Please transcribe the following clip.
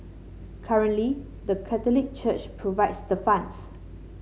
currently the Catholic Church provides the funds